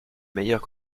meilleures